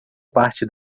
parte